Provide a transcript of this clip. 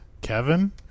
Kevin